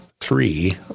three